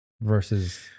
versus